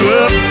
up